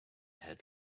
had